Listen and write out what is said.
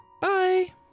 Bye